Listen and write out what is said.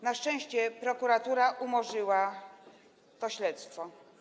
Na szczęście prokuratura umorzyła to śledztwo.